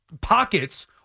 pockets—